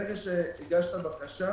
ברגע שהגשת את הבקשה,